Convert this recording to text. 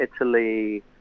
Italy